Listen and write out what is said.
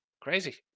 Crazy